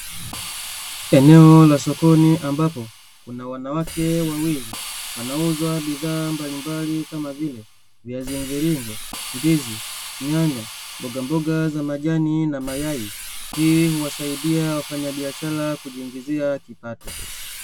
Eneo la sokoni ambapo kuna wanawake wawili wanauza bidhaa mbalimbali kama vile; viazi mviringo, ndizi, nyanya, mbogamboga za majani na mayai. Hii huwasaidia wafanyabiashara kujiingizia kipato.